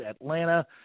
Atlanta